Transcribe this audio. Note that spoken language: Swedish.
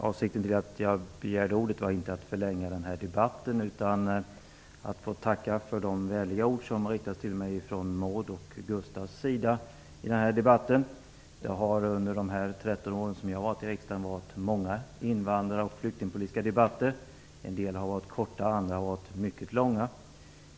Fru talman! Jag begärde ordet inte för att förlänga debatten utan för att få tacka för de vänliga ord som riktats till mig från Maud Björnemalms och Gustaf von Essens sida. Under de 13 år jag varit i riksdagen har vi haft många invandrar och flyktingpolitiska debatter. En del har varit korta och andra har varit mycket långa.